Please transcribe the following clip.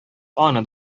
аны